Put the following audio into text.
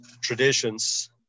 traditions